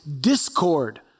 discord